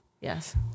Yes